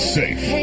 safe